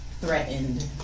threatened